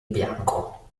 bianco